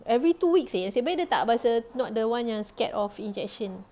every two weeks seh abeh dia tak bahasa not the one yang scared of injection